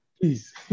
please